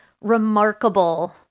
remarkable